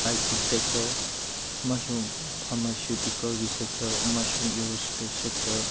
ꯑꯥꯏ T sector ꯑꯃꯁꯨꯡ ꯐꯥꯔꯃꯁꯤꯇꯤꯀꯜꯒꯤ sector ꯑꯃꯁꯨꯡ ꯏ꯭ꯌꯨꯔꯣ ꯏꯁꯄꯦꯁ ꯁꯦꯛꯇꯔ